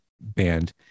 band